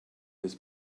this